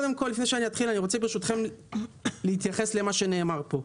אני רוצה להתייחס לדברים שנאמרו פה.